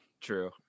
True